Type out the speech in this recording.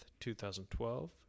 2012